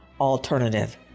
alternative